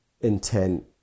intent